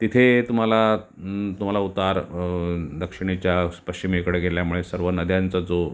तिथे तुम्हाला तुम्हाला उतार दक्षिणेच्या पश्चिमेकडे गेल्यामुळे सर्व नद्यांचा जो